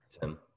Tim